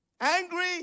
angry